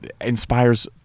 inspires